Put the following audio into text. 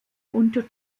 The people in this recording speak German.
unter